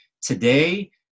Today